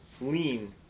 lean